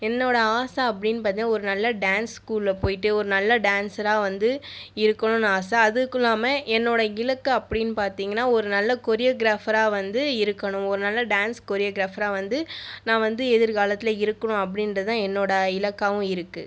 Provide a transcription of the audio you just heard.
என்னோடய ஆசை அப்படினு பார்த்தீங்கனா ஒரு நல்ல டான்ஸ் ஸ்கூலில் போய்விட்டு ஒரு நல்ல டான்ஸராக வந்து இருக்கணும்னு ஆசை அதுக்கில்லாமல் என்னோடட இலக்கு அப்படினு பார்த்தீங்கனா ஒரு நல்ல கொரியோக்ராஃபராக வந்து இருக்கணும் ஒரு நல்ல டான்ஸ் கொரியோக்ராஃபராக வந்து நான் வந்து எதிர்காலத்தில் இருக்கணும் அப்படின்றதான் என்னோட இலக்காகவும் இருக்குது